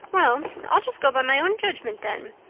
well, i'll just go by my own judgment then.